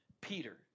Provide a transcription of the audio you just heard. Peter